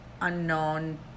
unknown